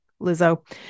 Lizzo